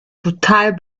total